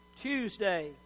Tuesday